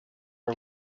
are